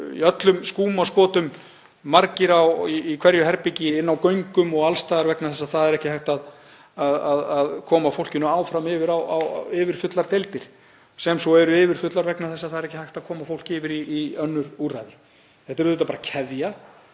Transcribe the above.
liggur í öllum skúmaskotum, margir í hverju herbergi, inni á göngum og alls staðar, vegna þess að ekki er hægt að koma fólkinu áfram yfir á yfirfullar deildir sem svo eru yfirfullar vegna þess að ekki er hægt að koma fólki yfir í önnur úrræði. Þetta er auðvitað bara keðja.